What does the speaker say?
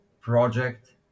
project